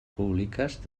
públiques